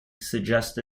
suggests